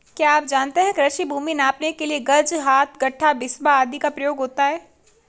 क्या आप जानते है कृषि भूमि नापने के लिए गज, हाथ, गट्ठा, बिस्बा आदि का प्रयोग होता है?